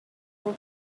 will